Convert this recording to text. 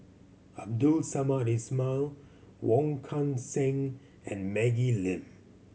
Abdul Samad Ismail Wong Kan Seng and Maggie Lim